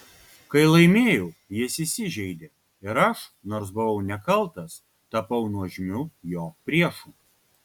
kai laimėjau jis įsižeidė ir aš nors buvau nekaltas tapau nuožmiu jo priešu